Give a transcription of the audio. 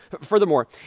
Furthermore